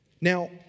Now